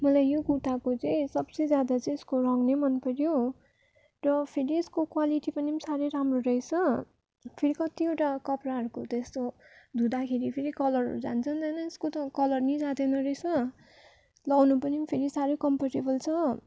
मलाई यो कुर्ताको चाहिँ सबसे ज्यादा चाहिँ यसको रङ नै मन पर्यो र फेरि यसको क्वालिटी पनि साह्रै राम्रो रहेछ फेरि कतिवटा कपडाहरूको त यस्तो धुँदाखेरि फेरि कलरहरू जान्छ नि त तर यसको कलर नि जाँदैन रहेछ लगाउनु पनि साह्रै कम्फर्टेबल छ